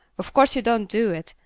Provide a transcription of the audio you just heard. of course you don't do it,